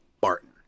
Barton